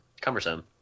cumbersome